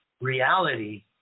reality